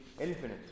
infinite